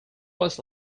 was